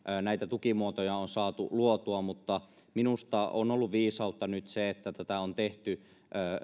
näitä tukimuotoja on saatu luotua mutta minusta on ollut viisautta nyt se että tätä on tehty